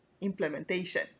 implementation